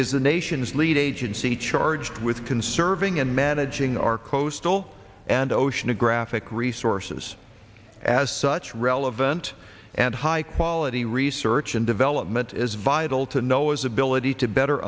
is the nation's lead agency charged with conserving and managing our coastal and oceanographic resources as such relevant and high quality research and development is vital to know as ability to better